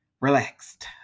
relaxed